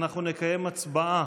אנחנו נקיים הצבעה,